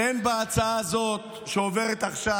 בהצעה הזאת שעוברת עכשיו,